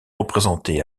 représentées